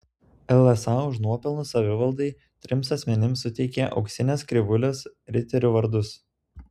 lsa už nuopelnus savivaldai trims asmenims suteikė auksinės krivūlės riterių vardus